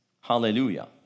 Hallelujah